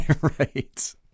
Right